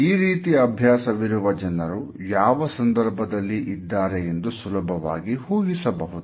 ಈ ರೀತಿ ಅಭ್ಯಾಸವಿರುವ ಜನರು ಯಾವ ಸಂದರ್ಭದಲ್ಲಿ ಇದ್ದಾರೆ ಎಂದು ಸುಲಭವಾಗಿ ಊಹಿಸಬಹುದು